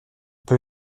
peu